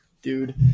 Dude